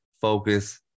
focus